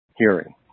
hearing